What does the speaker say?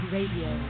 Radio